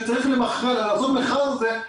שצריך לעשות מכרז על זה,